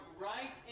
right